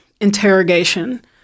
interrogation